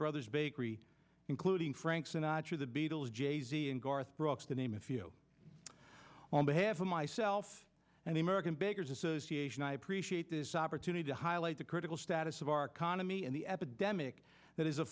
brothers bakery including frank sinatra the beatles jay z and garth brooks to name a few on behalf of myself and the american bankers association i appreciate this opportunity to highlight the critical status of our economy and the epidemic that is